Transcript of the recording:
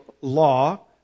law